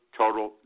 total